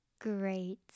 great